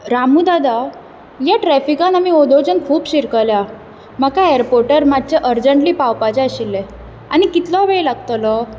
रामू दादा ह्या ट्रेफिकान आमी वोदोळच्योन खूब शिरकल्यात म्हाका एरपोर्टार मातशें अर्जन्ट्ली पावपाचें आशिल्लें आनी कितलो वेळ लागतलो